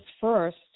first